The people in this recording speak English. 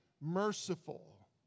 merciful